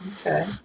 Okay